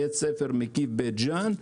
בית ספר מקיף בית ג'אן,